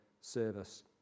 service